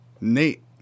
Nate